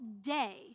day